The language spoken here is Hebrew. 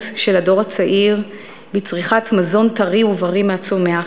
של הדור הצעיר לצריכת מזון טרי ובריא מהצומח,